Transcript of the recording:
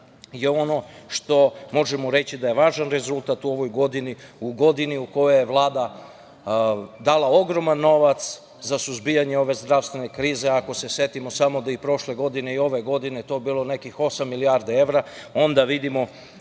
je ono što možemo reći da je važan rezultat u ovoj godini, u godini u kojoj je Vlada dala ogroman novac za suzbijanje ove zdravstvene krize, ako se setimo samo da i prošle godine, i ove godine, to bilo nekih 8 milijardi evra, onda vidimo